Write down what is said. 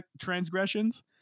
transgressions